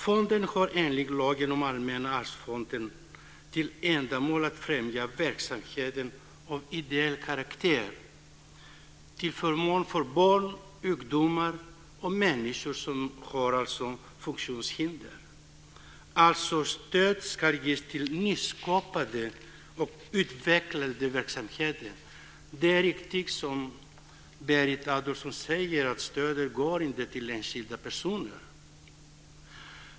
Fonden har enligt lagen om Allmänna arvsfonden till ändamål att främja verksamhet av ideell karaktär till förmån för barn, ungdomar och människor som har funktionshinder. Stöd ska ges till nyskapande och utvecklande verksamheter. Det är riktigt som Berit Adolfsson säger att stödet inte går till enskilda personer.